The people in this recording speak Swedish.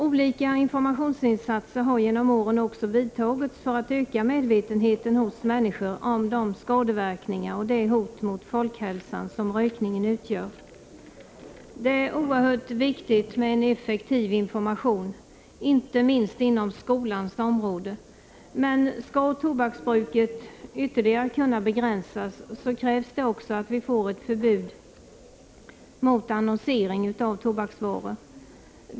Olika informationsinsatser har genom åren också vidtagits för att hos människor öka medvetenheten om de skadeverkningar som rökningen medför och det hot mot folkhälsan som rökningen utgör. Det är oerhört viktigt med en effektiv information, inte minst inom skolans område. Men skall tobaksbruket ytterligare kunna begränsas, krävs det också att vi får ett förbud mot annonsering av tobaksvaror.